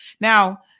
Now